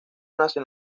nacen